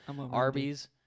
Arby's